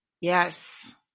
Yes